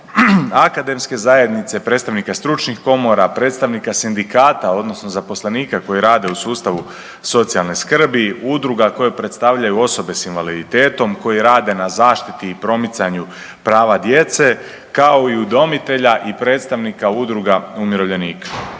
akademske zajednice, predstavnika stručnih komora, predstavnika sindikata odnosno zaposlenika koji rade u sustavu socijalne skrbi, udruga koje predstavljaju osobe s invaliditetom koji rade na zaštiti i promicanju prava djece kao i udomitelja i predstavnika udruga umirovljenika.